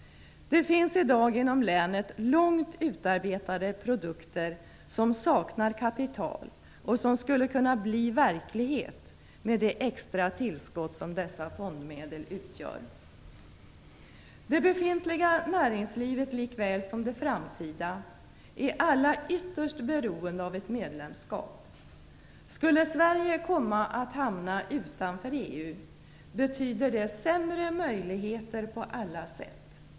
Det finns i dag inom länet långt utarbetade produkter som saknar kapital och som skulle kunna bli verklighet med de extra tillskott som dessa fondmedel utgör. Det befintliga näringslivet likväl som det framtida är alla ytterst beroende av ett medlemskap. Skulle Sverige komma att hamna utanför EU, betyder det sämre möjligheter på alla sätt.